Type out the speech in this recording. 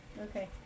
Okay